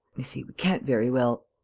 you see, we can't very well.